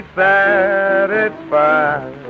satisfied